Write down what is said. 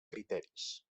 criteris